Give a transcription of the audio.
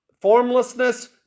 formlessness